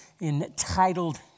entitled